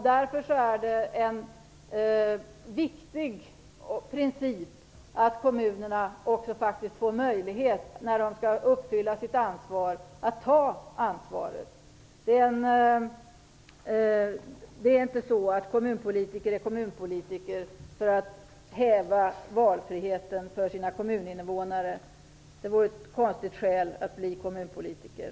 Därför är det en viktig princip att kommunerna också faktiskt får möjlighet att ta ansvar när de skall göra det. Kommunpolitiker är inte kommunpolitiker för att häva valfriheten för sina kommuninnevånare. Det vore ett konstigt skäl att bli kommunpolitiker.